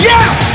Yes